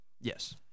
Yes